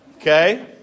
Okay